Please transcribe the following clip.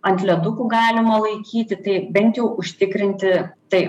ant ledukų galima laikyti tai bent jau užtikrinti tai